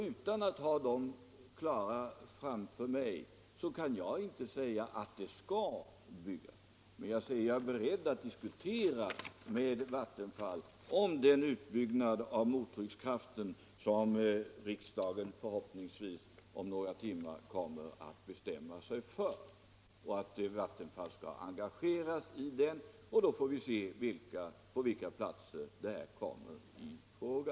Utan att ha dessa förutsättningar klara för mig kan jag inte säga att det skall byggas, men jag är beredd att diskutera med Vattenfall om dess engagemang i den utbyggnad av mottryckskraften som riksdagen förhoppningsvis om några timmar kommer att bestämma sig för. Vi får sedan se vilka platser som kommer i fråga.